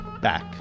back